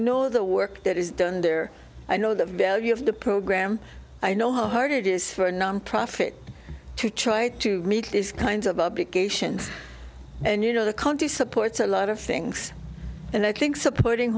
know the work that is done there i know the value of the program i know how hard it is for a nonprofit to try to meet these kinds of obligations and you know the county supports a lot of things and i think supporting